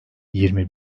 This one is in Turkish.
yirmi